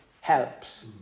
helps